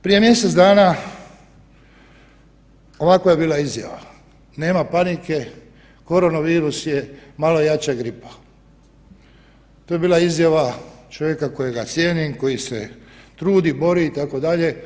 Prije mjesec dana ovakva je bila izjava, nema panike, korona virus je malo jača gripa, to je bila izjava čovjeka kojega cijenim, koji se trudi, bori itd.